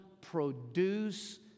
produce